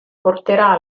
porterà